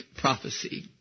Prophecy